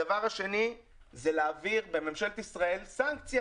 הדבר השני זה להעביר בממשלת ישראל סנקציה